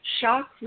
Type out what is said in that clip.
shock